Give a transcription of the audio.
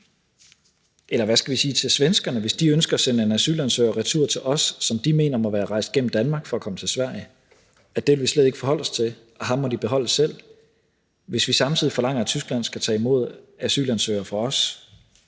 Eller hvad skal vi sige til svenskerne, hvis de ønsker at sende en asylansøger retur til os, som de mener må være rejst gennem Danmark for at komme til Sverige: at det vil vi slet ikke forholde os til, og at ham må de beholde selv? Hvis vi samtidig forlanger, at Tyskland skal tage imod asylansøgere fra os,